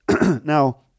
Now